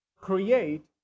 create